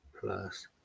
plus